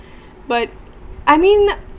but I mean